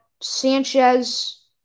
Sanchez